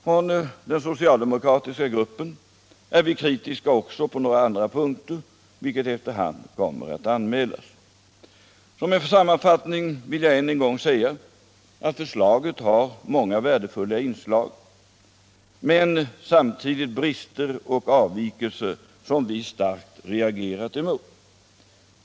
Från den socialdemokratiska gruppen är vi kritiska också på några andra punkter, vilket efter hand kommer att anmälas. Som en sammanfattning vill jag än en gång säga att förslaget har många värdefulla inslag men samtidigt brister och avvikelser som vi starkt har reagerat mot.